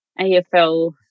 AFL